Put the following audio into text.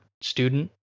student